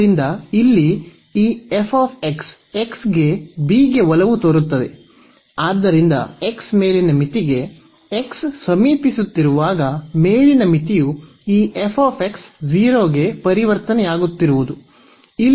ಆದ್ದರಿಂದ ಇಲ್ಲಿ ಈ x ಗೆ b ಗೆ ಒಲವು ತೋರುತ್ತದೆ ಆದ್ದರಿಂದ x ಮೇಲಿನ ಮಿತಿಗೆ x ಸಮೀಪಿಸುತ್ತಿರುವಾಗ ಮೇಲಿನ ಮಿತಿಯು ಈ 0 ಗೆ ಪರಿವರ್ತನೆಯಾಗುತ್ತಿರುವುದು